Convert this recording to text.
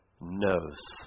knows